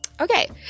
okay